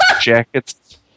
jackets